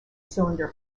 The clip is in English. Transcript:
cylinder